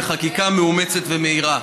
בחקיקה מאומצת ומהירה.